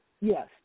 Yes